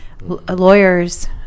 lawyers